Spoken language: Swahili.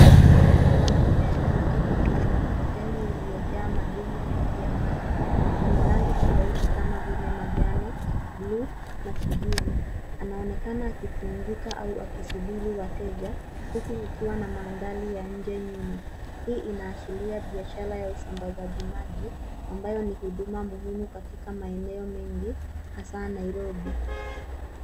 Mwanaume aliyeketi kwenye mkokoteni, uliojaa madumu mengi ya maji, yenye rangi tofauti kama vile manjano, bluu na kijivu. Anaonekana akipumzika au akisubiri wateja, huku kukiwa na mandhari ya nje nyuma. Hii inaashiria biashara ya usambazaji maji, ambayo ni huduma muhimu katika maeneo mengi, hasa Nairobi.